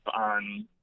on